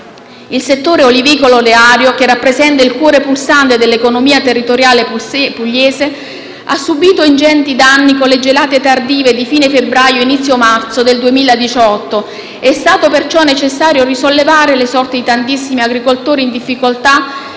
Il settore olivicolo-oleario, che rappresenta il cuore pulsante dell'economia territoriale pugliese, ha subìto ingenti danni con le gelate tardive di fine febbraio e inizio marzo del 2018. È stato perciò necessario risollevare le sorti di tantissimi agricoltori in difficoltà